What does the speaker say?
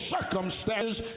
circumstances